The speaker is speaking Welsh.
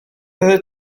oeddet